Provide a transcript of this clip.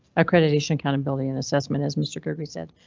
accreditation, accountability and assessment. as mr gregory said,